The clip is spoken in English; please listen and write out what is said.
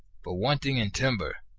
but wanting in timber,